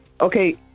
Okay